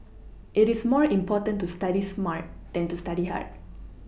it is more important to study smart than to study hard